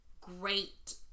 great